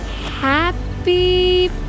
Happy